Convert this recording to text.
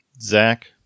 Zach